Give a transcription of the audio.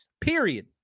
Period